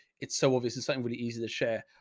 it's so obvious and something would easy to share.